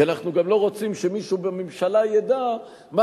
אנחנו גם לא רוצים שמישהו בממשלה ידע מה